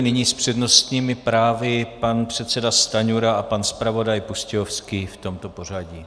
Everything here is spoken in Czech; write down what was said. Nyní s přednostními právy pan předseda Stanjura a pan zpravodaj Pustějovský v tomto pořadí.